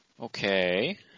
Okay